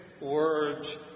words